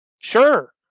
Sure